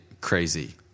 Crazy